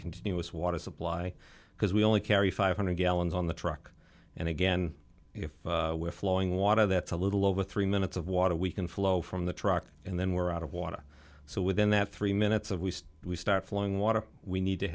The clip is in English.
continuous water supply because we only carry five hundred gallons on the truck and again if we're flowing water that's a little over three minutes of water we can flow from the truck and then we're out of water so within that three minutes of least we start flowing water we need to